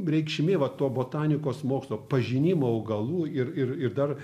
reikšmė va to botanikos mokslo pažinimo augalų ir ir ir dar